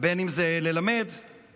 ובין אם זה ללמד באוניברסיטה,